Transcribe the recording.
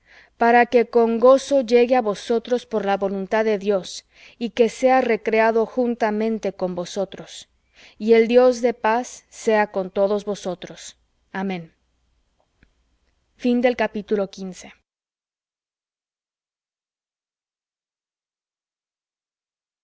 para que con gozo llegue á vosotros por la voluntad de dios y que sea recreado juntamente con vosotros y el dios de paz sea con todos vosotros amén